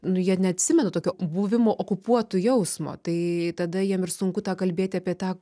nu jie neatsimena tokio buvimo okupuotu jausmo tai tada jiem ir sunku tą kalbėti apie tą